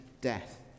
death